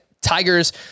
Tigers